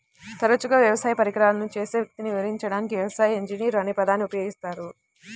తరచుగా వ్యవసాయ పరికరాలను చేసే వ్యక్తిని వివరించడానికి వ్యవసాయ ఇంజనీర్ అనే పదాన్ని ఉపయోగిస్తారు